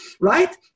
Right